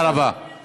את זה